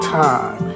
time